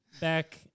back